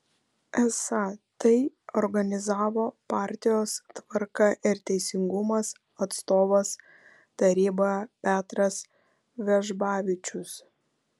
esą tai organizavo partijos tvarka ir teisingumas atstovas taryboje petras vežbavičius